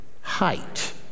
height